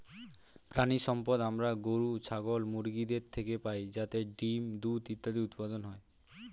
প্রাণিসম্পদ আমরা গরু, ছাগল, মুরগিদের থেকে পাই যাতে ডিম্, দুধ ইত্যাদি উৎপাদন হয়